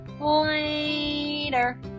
later